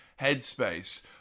headspace